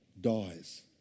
dies